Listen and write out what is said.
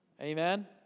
Amen